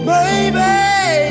Baby